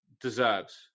deserves